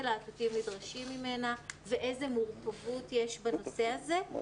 להטוטים נדרשים מממנה ואיזו מורכבות יש בנושא הזה.